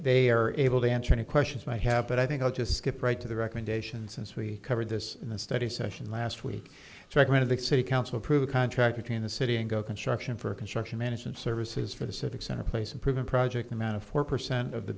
they are able to answer any questions might happen i think i'll just skip right to the recommendation since we covered this in the study session last week checking out of the city council approval contract between the city and go construction for construction management services for the civic center place improvement project amount of four percent of the